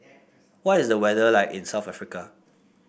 what is the weather like in South Africa